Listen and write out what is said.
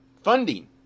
funding